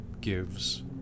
gives